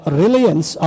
reliance